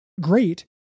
great